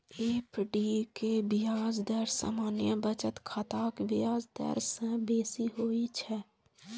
FD के ब्याज दर सामान्य बचत खाताक ब्याज दर सं बेसी होइ छै